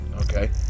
okay